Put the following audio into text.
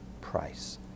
price